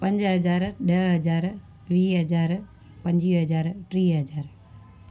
पंज हज़ार ॾह हज़ार वीह हज़ार पंजुवीह हज़ार टीह हज़ार